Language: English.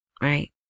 right